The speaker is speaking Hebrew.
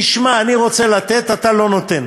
ולהגיד: תשמע, אני רוצה לתת, אתה לא נותן.